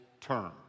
term